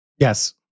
Yes